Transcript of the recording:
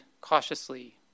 cautiously